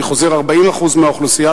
אני חוזר: 40% מהאוכלוסייה,